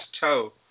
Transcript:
toe